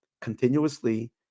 continuously